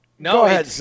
No